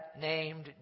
named